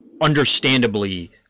understandably